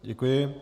Děkuji.